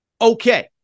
Okay